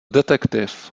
detektiv